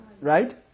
Right